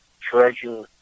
treasure